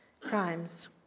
crimes